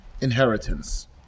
inheritance